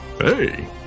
Hey